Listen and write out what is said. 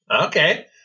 Okay